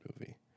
movie